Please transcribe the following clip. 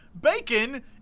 Bacon